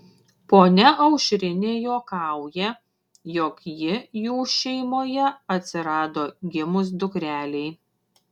ponia aušrinė juokauja jog ji jų šeimoje atsirado gimus dukrelei